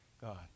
God